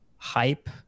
Hype